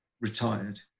retired